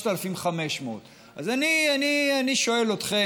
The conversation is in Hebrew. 3,500. אז אני שואל אתכם,